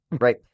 right